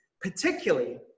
particularly